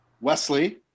Wesley